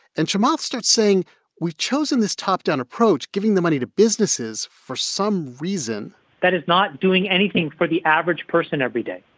and chamath starts saying we've chosen this top-down approach, giving the money to businesses for some reason that is not doing anything for the average person every day.